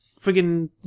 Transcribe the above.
friggin